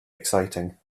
exciting